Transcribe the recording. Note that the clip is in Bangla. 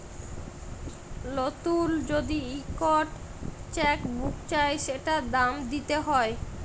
লতুল যদি ইকট চ্যাক বুক চায় সেটার দাম দ্যিতে হ্যয়